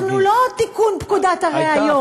אנחנו לא תיקון פקודת הראיות.